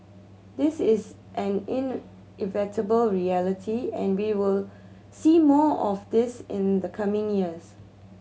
this is an inevitable reality and we will see more of this in the coming years